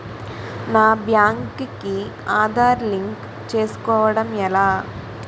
నా బ్యాంక్ కి ఆధార్ లింక్ చేసుకోవడం ఎలా?